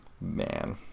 Man